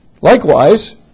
Likewise